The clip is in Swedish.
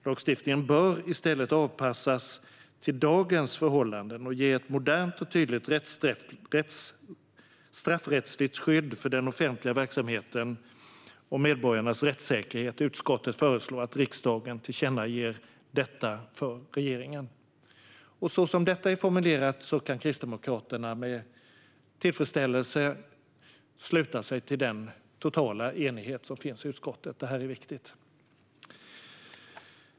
Lagstiftningen bör i stället anpassas till dagens förhållanden och ge ett modernt och tydligt straffrättsligt skydd för den offentliga verksamheten och medborgarnas rättssäkerhet. Utskottet föreslår att riksdagen tillkännager detta för regeringen." Så som detta är formulerat kan Kristdemokraterna med tillfredsställelse sluta sig till den totala enighet som finns i utskottet. Det här är viktigt.